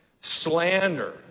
Slander